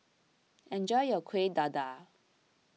enjoy your Kuih Dadar